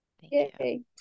Yay